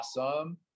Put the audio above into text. awesome